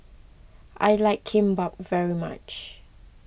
I like Kimbap very much